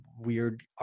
weird